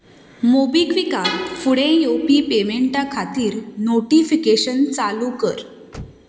मोबीक्विकत फुडें येवपी पेमेंटा खातीर नोटीफिकेशन चालू कर